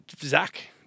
Zach